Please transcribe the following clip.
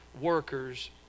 workers